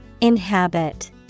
Inhabit